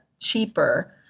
cheaper